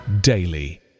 daily